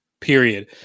period